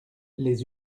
les